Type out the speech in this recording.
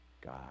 God